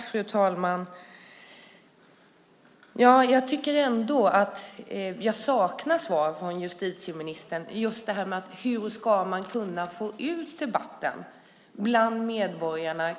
Fru talman! Jag saknar ändå svar från justitieministern just när det gäller hur man ska kunna få ut debatten och kunskapen bland medborgarna.